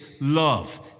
love